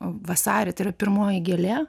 vasarį tai yra pirmoji gėlė